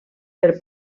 per